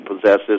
possesses